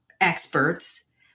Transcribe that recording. experts